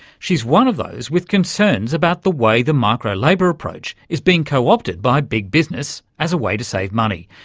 she's one of those with concerns about the way the micro-labour approach is being co-opted by big business as a way to save money,